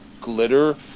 glitter